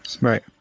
right